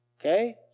Okay